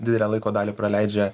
didelę laiko dalį praleidžia